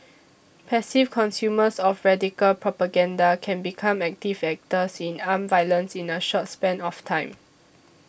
passive consumers of radical propaganda can become active actors in armed violence in a short span of time